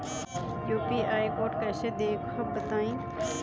UPI code कैसे देखब बताई?